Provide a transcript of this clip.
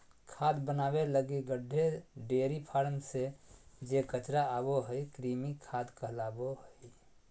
खाद बनाबे लगी गड्डे, डेयरी फार्म से जे कचरा आबो हइ, कृमि खाद कहलाबो हइ